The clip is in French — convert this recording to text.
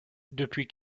depuis